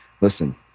listen